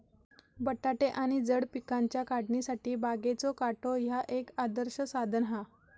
बटाटे आणि जड पिकांच्या काढणीसाठी बागेचो काटो ह्या एक आदर्श साधन हा